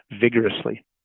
vigorously